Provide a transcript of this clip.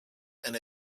and